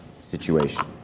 situation